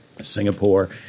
Singapore